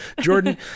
Jordan